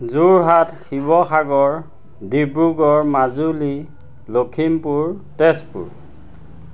Jorhat Sivasagar Dibrugarh Majuli Lakhimpur Tezpur